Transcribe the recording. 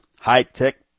high-tech